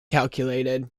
calculated